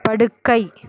படுக்கை